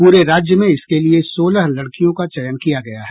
पूरे राज्य में इसके लिए सोलह लड़कियों का चयन किया गया है